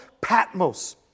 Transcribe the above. Patmos